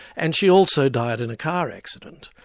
and she also died in a car accident,